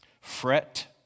fret